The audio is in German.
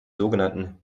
sogenannten